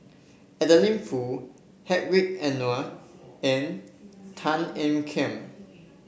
Adeline Foo Hedwig Anuar and Tan Ean Kiam